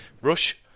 Rush